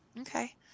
Okay